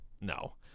No